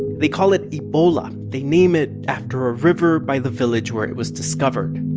they call it ebola. they name it after a river by the village where it was discovered